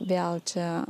vėl čia